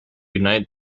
united